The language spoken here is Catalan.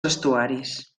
estuaris